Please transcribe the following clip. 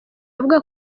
avuga